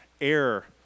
air